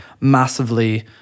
massively